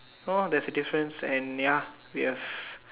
no there's a difference and ya we have